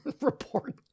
report